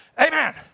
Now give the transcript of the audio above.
amen